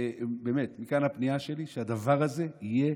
מכאן הפנייה שלי שהדבר הזה יהיה